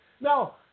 Now